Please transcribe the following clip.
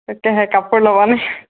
তোহে কাপোৰ ল'বা নে